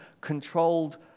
controlled